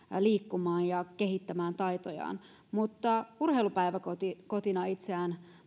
liikkumaan ja kehittämään taitojaan mutta urheilupäiväkotina itseään